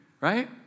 right